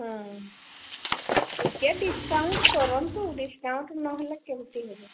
ହଁ ଟିକିଏ ଡିସକାଉଣ୍ଟ୍ କରନ୍ତୁ ଡିସକାଉଣ୍ଟ୍ ନହେଲେ କେମିତି ହେବ